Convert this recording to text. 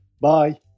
Bye